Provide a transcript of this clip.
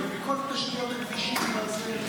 חבר הכנסת בועז טופורובסקי, בבקשה.